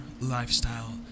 lifestyle